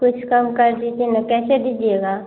कुछ कम कर दीजिए न कैसे दीजिएगा